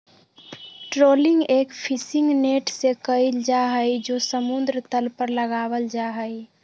trawling एक fishing net से कइल जाहई जो समुद्र तल पर लगावल जाहई